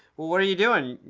well, what are you doing?